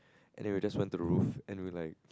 and then we just went to roof and we were like